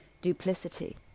duplicity